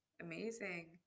amazing